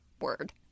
word